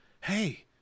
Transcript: Hey